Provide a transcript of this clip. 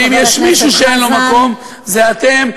ואם יש מישהו שאין לו מקום זה אתם,